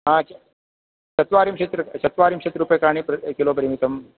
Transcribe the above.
आ किं चत्वारिंशत् चत्वारिंशत् रूप्यकाणि किलो पर्यन्तं